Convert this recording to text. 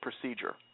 procedure